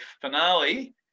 finale